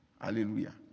hallelujah